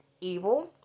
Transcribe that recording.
Evil